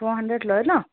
four hundred লয় ন